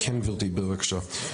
כן גברתי, בבקשה.